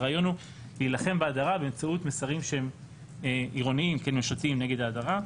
הרעיון הוא להילחם בהדרה באמצעות מסרים שהם עירוניים נגד ההדרה,